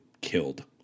killed